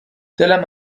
دلم